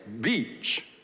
Beach